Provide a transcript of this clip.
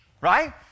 right